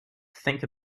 think